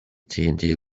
tnt